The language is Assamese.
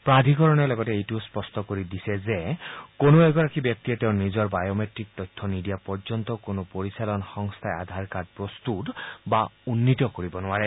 প্ৰাধিকৰণে লগতে এইটোও স্পষ্ট কৰি দিছে যে কোনো এগৰাকী ব্যক্তিয়ে তেওঁৰ নিজৰ বায়'মেটিক তথ্য নিদিয়া পৰ্যন্ত কোনো পৰিচালন সংস্থাই আধাৰ কাৰ্ড প্ৰস্তুত বা উন্নীত কৰিব নোৱাৰে